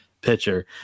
pitcher